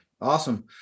Awesome